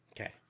Okay